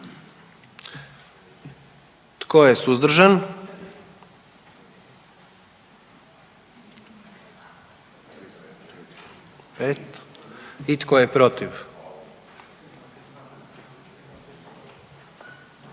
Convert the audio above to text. Tko je suzdržan? Pet, i tko je protiv?